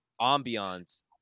ambiance